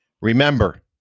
Remember